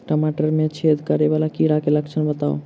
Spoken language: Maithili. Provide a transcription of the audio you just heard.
टमाटर मे छेद करै वला कीड़ा केँ लक्षण बताउ?